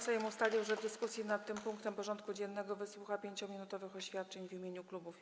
Sejm ustalił, że w dyskusji nad tym punktem porządku dziennego wysłucha 5-minutowych oświadczeń w imieniu klubów i kół.